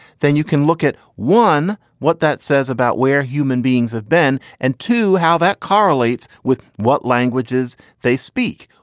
then you can look at one. what that says about where human beings have been and to how that correlates with what languages they speak,